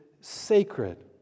sacred